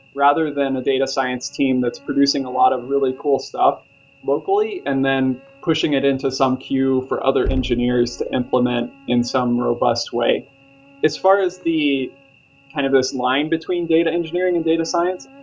rather than a data science team that's producing a lot of really cool stuff locally and then pushing it into some queue for other engineers to implement in some robust way as far as the kind of this line between data engineering and data science,